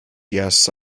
yes